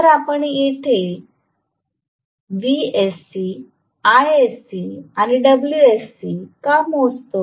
तर आपण येथे Vsc Isc आणि Wsc का मोजतो